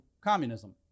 communism